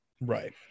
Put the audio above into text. Right